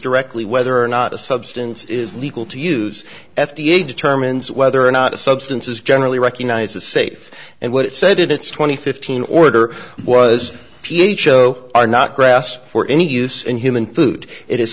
directly whether or not a substance is legal to use f d a determines whether or not a substance is generally recognized the safe and what it said it it's twenty fifteen order was p h o are not grass for any use in human food it is